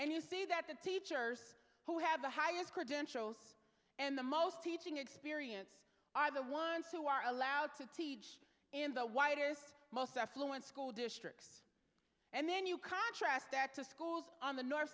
and you see that the teachers who have the highest credentials and the most teaching experience are the ones who are allowed to teach in the widest most affluent school districts and then you contrast that to schools on the north